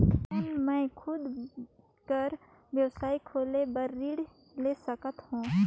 कौन मैं खुद कर व्यवसाय खोले बर ऋण ले सकत हो?